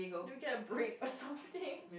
do we get a break or something